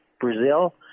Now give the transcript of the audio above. Brazil